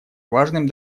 важным